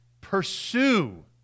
pursue